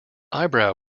eyebrow